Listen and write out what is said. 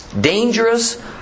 dangerous